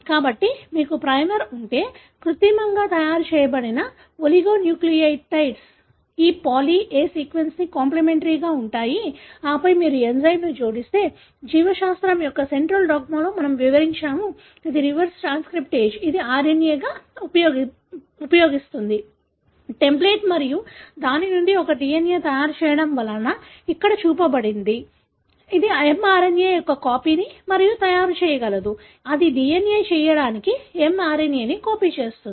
కాబట్టి మీకు ప్రైమర్ ఉంటే కృత్రిమంగా తయారు చేయబడిన ఒలిగోన్యూక్లియోటైడ్లు ఈ పాలీ ఎ సీక్వెన్స్కి కాంప్లిమెంటరీగా ఉంటాయి ఆపై మీరు ఎంజైమ్ని జోడిస్తే జీవశాస్త్రం యొక్క సెంట్రల్ డాగ్మాలో మనము వివరించాము ఇది రివర్స్ ట్రాన్స్క్రిప్టేజ్ ఇది RNA ని ఉపయోగిస్తుంది టెంప్లేట్ మరియు దాని నుండి ఒక DNA ని తయారు చేయడం వలన ఇక్కడ చూపినది అది mRNA యొక్క కాపీని తయారు చేయగలదు అది DNA చేయడానికి mRNA ని కాపీ చేస్తుంది